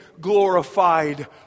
glorified